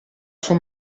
suo